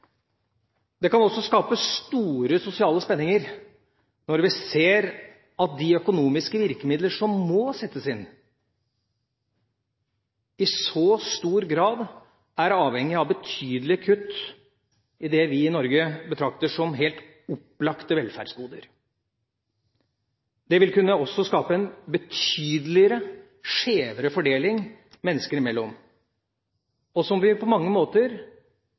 Det kan også skape store sosiale spenninger når vi ser at de økonomiske virkemidler som må settes inn, i så stor grad er avhengig av betydelige kutt i det vi i Norge betrakter som helt opplagte velferdsgoder. Det vil også kunne skape en mer betydelig og skjevere fordeling mennesker imellom, som vi på mange måter,